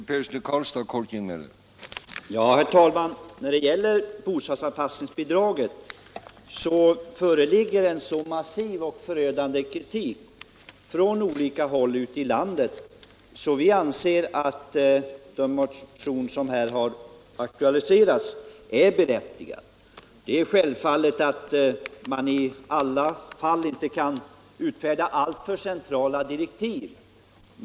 Herr talman! När det gäller bostadsanpassningsbidraget föreligger en så massiv och förödande kritik från olika håll ute i landet att vi anser att den motion som här har aktualiserats är berättigad. Självfallet kan man inte i alla förekommande fall utfärda alltför centrala direktiv.